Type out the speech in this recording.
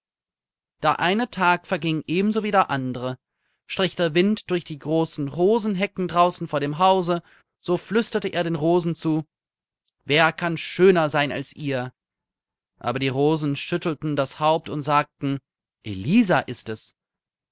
der eine tag verging ebenso wie der andere strich der wind durch die großen rosenhecken draußen vor dem hause so flüsterte er den rosen zu wer kann schöner sein als ihr aber die rosen schüttelten das haupt und sagten elisa ist es